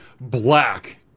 black